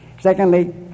secondly